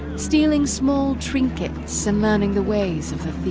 stealing small trinkets and learning the ways of the